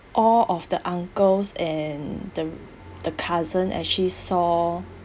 all of the uncles and the the cousin actually saw